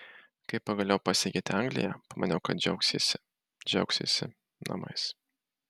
kai pagaliau pasiekėte angliją pamaniau kad džiaugsiesi džiaugsiesi namais